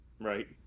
right